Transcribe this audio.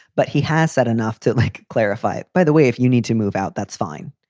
but he has said enough to like clarify it. by the way, if you need to move out, that's fine.